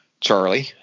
Charlie